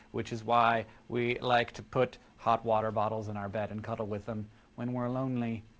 which is why we like to put hot water bottles in our bed and cuddle with them when we're lonely.